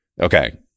Okay